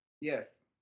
Yes